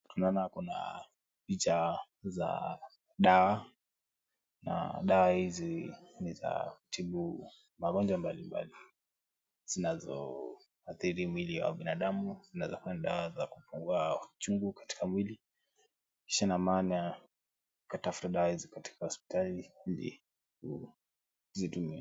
Tunaona kuna picha za dawa. Na dawa hizi ni za kutibu magonjwa mbalimbali zinazoathiri mwili wa binadamu. Zinaweza kuwa ni dawa za kupunguza chungu katika mwili. Kisha na maana ya kutafuta dawa hizi katika hospitali ili nizitumie.